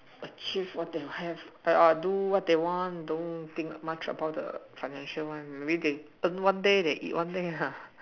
achieve what you have but all do what the don't think much about the financial one maybe they earn one day they eat one day lah